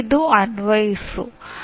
ಬೋಧನಾ ವಿನ್ಯಾಸ ಶಾಸ್ತ್ರ ಎಂದರೇನು